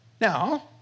Now